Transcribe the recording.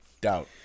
Doubt